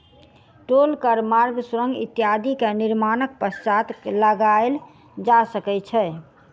टोल कर मार्ग, सुरंग इत्यादि के निर्माणक पश्चात लगायल जा सकै छै